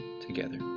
together